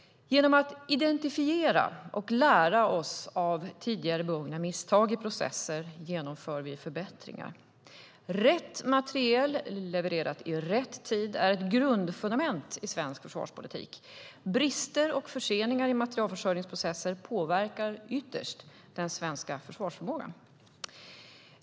Genom att identifiera och lära oss av tidigare begångna misstag i processer genomför vi förbättringar. Rätt materiel levererat i rätt tid är ett grundfundament i svensk försvarspolitik. Brister och förseningar i materielförsörjningsprocesser påverkar ytterst den svenska försvarsförmågan.